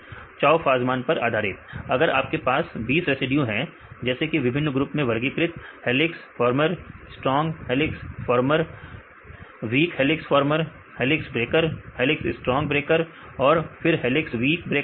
विद्यार्थी Chou fasman पर आधारित अगर आपके पास 20 रेसिड्यू है जैसे कि विभिन्न ग्रुप में वर्गीकृत helix former strong helix former weak helix former helix breaker helix strong breaker और फिर हेलिक्स वीक ब्रेकर